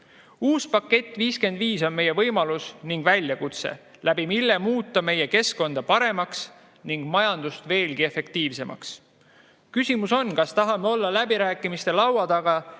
pakett 55 on meie võimalus ning väljakutse, mille kaudu muuta meie keskkonda paremaks ning majandust veelgi efektiivsemaks. Küsimus on, kas tahame olla läbirääkimiste laua taga